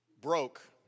broke